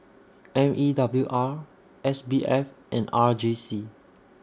M E W R S B F and R J C